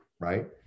right